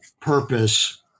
purpose